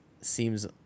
seems